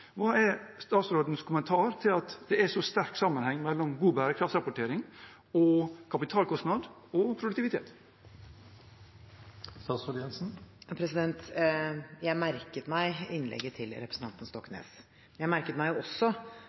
Hva er statsrådens kommentar til at det er så sterk sammenheng mellom god bærekraftsrapportering og kapitalkostnad og produktivitet? Jeg merket meg innlegget til representanten Stoknes. Jeg merket meg også